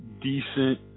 decent